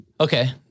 Okay